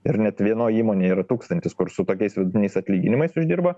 ir net vienoj įmonėj yra tūkstantis kur su tokiais vidutiniais atlyginimais uždirba